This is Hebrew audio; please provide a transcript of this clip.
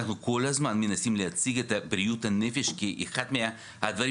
אנחנו כל הזמן מנסים להציג את בריאות הנפש כאחד מהדברים